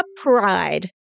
pride